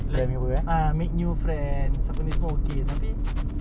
like ah make new friends apa ni semua okay tapi